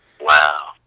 Wow